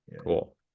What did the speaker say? cool